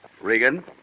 Regan